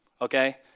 okay